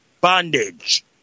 bondage